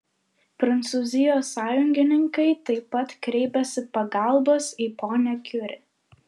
prancūzijos sąjungininkai taip pat kreipiasi pagalbos į ponią kiuri